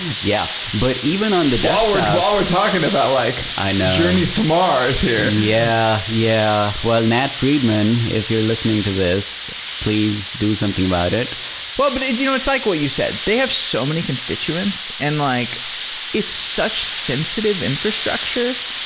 yeah. but even on the desktop well, we're talking about like and journeys to mars here yeah. yeah. well, matt friedman, if you're listening to this, please do something about it well, but and you know it's like what you said. they have so many constituents, and like it's such sensitive infrastructure.